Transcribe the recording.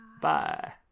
Bye